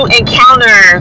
encounter